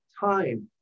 time